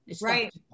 Right